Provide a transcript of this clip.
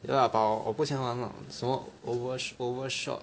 ya lah but 我我不喜欢玩 lah 什么 over overshot